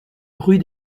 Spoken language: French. rue